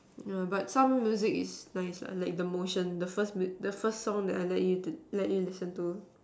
yeah but some music is nice like the motion the first the first song that I let you to let you listen to